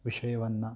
ವಿಷಯವನ್ನು